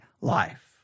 life